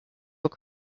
will